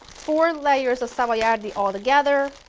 four layers of savoiardi altogether,